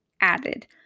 added